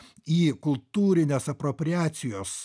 į kultūrines apropriacijos